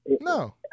No